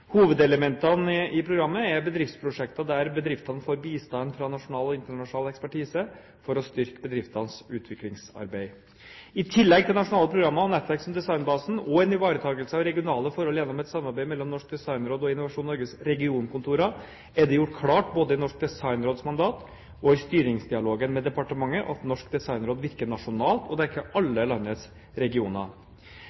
Hovedelementene i programmet er bedriftsprosjekter der bedriftene får bistand fra nasjonal og internasjonal ekspertise for å styrke bedriftenes utviklingsarbeid. I tillegg til nasjonale programmer og nettverk som Designbasen og en ivaretakelse av regionale forhold gjennom et samarbeid mellom Norsk Designråd og Innovasjon Norges regionkontorer, er det gjort klart både i Norsk Designråds mandat og i styringsdialogen med departementet at Norsk Designråd virker nasjonalt og dekker